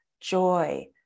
joy